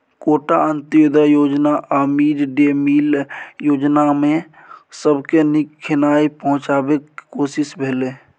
quota, Antyodaya योजना आ mid day meal योजनामे सबके नीक खेनाइ पहुँचेबाक कोशिश भेलै